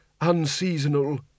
unseasonal